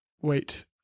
Wait